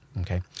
Okay